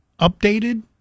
updated